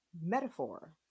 metaphor